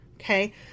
Okay